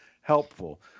helpful